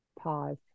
pause